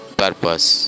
purpose